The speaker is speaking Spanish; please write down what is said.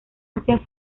asia